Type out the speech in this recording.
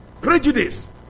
Prejudice